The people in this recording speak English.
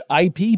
IP